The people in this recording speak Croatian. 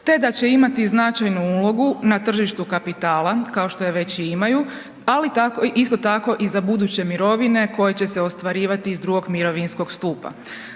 te da će imati značajnu ulogu na tržištu kapitala, kao što je već i imaju, ali isto tako i za buduće mirovine koje će se ostvarivati iz II mirovinskog stupa.